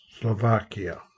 Slovakia